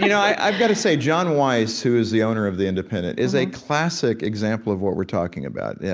you know i've got to say, john weiss, who is the owner of the independent, is a classic example of what we're talking about. yeah